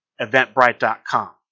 eventbrite.com